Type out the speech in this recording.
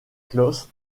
klaus